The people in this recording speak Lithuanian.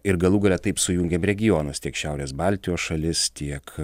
ir galų gale taip sujungėm regionus tiek šiaurės baltijos šalis tiek